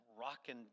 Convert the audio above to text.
rocking